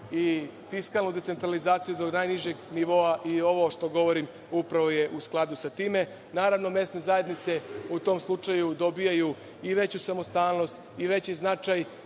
i fiskalnu decentralizaciju do najnižeg nivoa i ovo što govorim upravo je u skladu sa time. Naravno, mesne zajednice u tom slučaju dobijaju i veću samostalnost i veći značaj